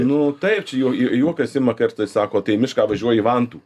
nu taip čia jau į į upes ima kartais sako tai mišką važiuoji vantų